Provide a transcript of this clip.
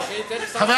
אבל שייתן קצת